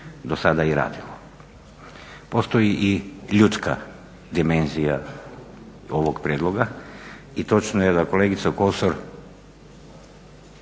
do sada i radilo. Postoji i ljudska dimenzija ovog prijedloga i točno je da kolegica Kosor